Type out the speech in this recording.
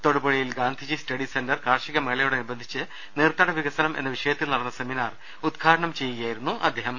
തൊടുപുഴയിൽ Gandhiji study centre കാർഷികമേളയോടനുബന്ധിച്ച് നീർത്തട വിക സനം എന്ന വിഷയത്തിൽ നടന്ന സെമിനാർ ഉദ്ഘാടനം ചെയ്യുകയാ യിരുന്നു അദ്ദേഹം